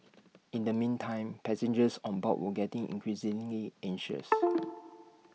in the meantime passengers on board were getting increasingly anxious